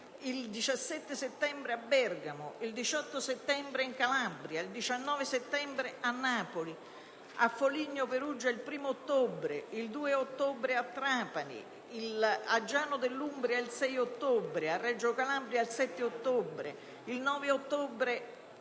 il 17 settembre a Bergamo, il 18 settembre in Calabria, il 19 settembre a Napoli, il 1° ottobre a Foligno, il 2 ottobre a Trapani, a Giano dell'Umbria il 6 ottobre, a Bovalino (Reggio Calabria) il 7 ottobre, il 9 ottobre a Roma,